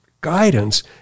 guidance